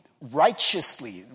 righteously